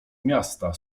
miasta